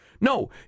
No